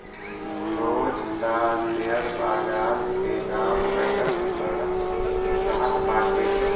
रोज तअ शेयर बाजार के दाम घटत बढ़त रहत बाटे